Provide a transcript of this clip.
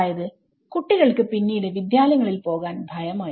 അതായത് കുട്ടികൾക്ക് പിന്നീട് വിദ്യാലയങ്ങളിൽ പോകാൻ ഭയമായി